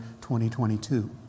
2022